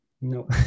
no